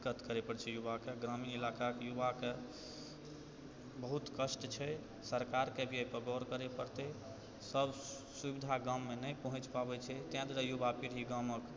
दिक्कत करै पड़ै छै युवाके ग्रामीण इलाकाके युवाके बहुत कष्ट छै सरकारके भी एहिपर गौर करै पड़तै सब सुविधा गाँवमे नहि पहुँचि पाबै छै तैं दुआरे युवा पीढ़ी गाँवके